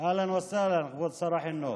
אהלן וסהלן, כבוד שר החינוך.